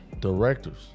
directors